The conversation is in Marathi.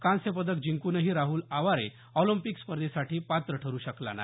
कांस्य पदक जिंकूनही राहल आवारे ऑलिम्पिक स्पर्धेसाठी पात्र ठरु शकला नाही